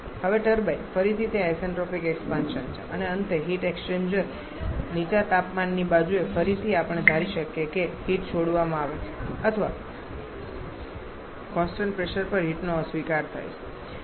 હવે ટર્બાઇન ફરીથી તે આઇસેન્ટ્રોપિક એક્સપાન્શન છે અને અંતે હીટ એક્સ્ચેન્જર નીચા તાપમાનની બાજુએ ફરીથી આપણે ધારી શકીએ કે હીટ છોડવામાં આવે છે અથવા કોન્સટંટ પ્રેશર પર હીટનો અસ્વીકાર થાય છે